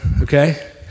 Okay